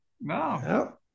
no